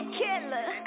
killer